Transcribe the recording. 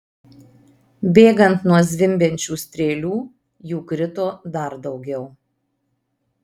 bėgant nuo zvimbiančių strėlių jų krito dar daugiau